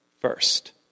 first